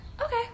okay